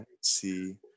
see